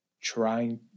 trying